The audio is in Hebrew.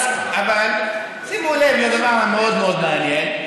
שימו לב לדבר המאוד-מאוד מעניין,